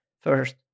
First